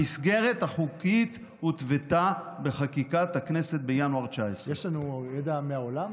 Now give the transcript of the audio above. המסגרת החוקית הותוותה בחקיקת הכנסת בינואר 2019. יש לנו ידע מהעולם,